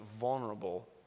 vulnerable